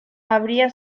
habría